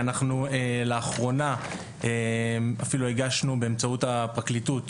לאחרונה אפילו הגשנו באמצעות הפרקליטות